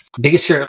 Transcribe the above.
Biggest